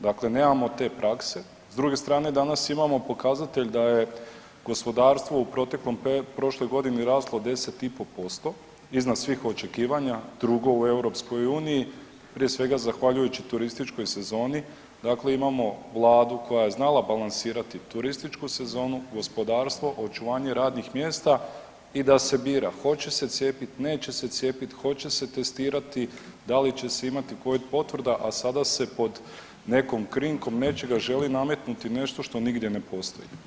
Dakle nemamo te prakse, s druge strane danas imamo pokazatelj da je gospodarstvo u protekloj prošloj godini raslo 10,5% iznad svih očekivanja, 2. u EU, prije svega zahvaljujući turističkoj sezoni, dakle imamo Vladu koja je znala balansirati turističku sezonu, gospodarstvo, očuvanje radnih mjesta i da se bira, hoće se cijepiti, neće se cijepiti, hoće se testirati, da li će se imati Covid potvrda, a sada se pod nekom krinkom nečega želi nametnuti nešto što nigdje ne postoji.